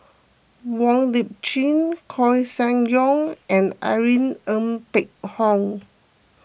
Wong Lip Chin Koeh Sia Yong and Irene Ng Phek Hoong